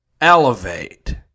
elevate